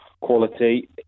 quality